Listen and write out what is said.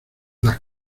las